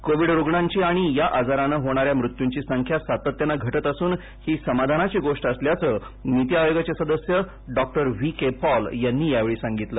Covid रुणांची आणि या आजराने होणाऱ्या मृत्यूची संख्या सातत्यानं घटत असून ही समाधानाची गोष्ट असल्याचं नीती आयोगाचे सदस्य डॉ व्ही के पॉल यांनी यावेळी सांगितलं